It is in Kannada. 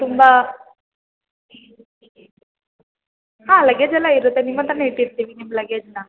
ತುಂಬ ಹಾಂ ಲಗೇಜ್ ಎಲ್ಲ ಇರುತ್ತೆ ನಿಮ್ಮ ಹತ್ರನೇ ಇಟ್ಟಿರ್ತೀವಿ ನಿಮ್ಮ ಲಗೇಜನ್ನ